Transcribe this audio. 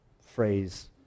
phrase